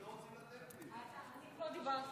לאופוזיציה